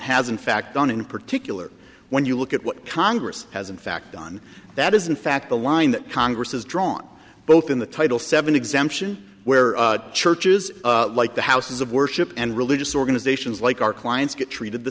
has in fact done in particular when you look at what congress has in fact done that is in fact the line that congress has drawn both in the title seven exemption where churches like the houses of worship and religious organizations like our clients get treated the